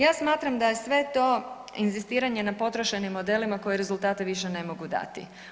Ja smatram da je sve to inzistiranje na potrošenim modelima koji rezultate više ne mogu dati.